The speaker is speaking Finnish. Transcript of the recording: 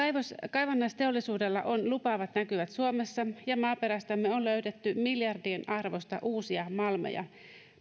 kaivannaisteollisuudella on lupaavat näkymät suomessa ja maaperästämme on löydetty miljardien arvosta uusia malmeja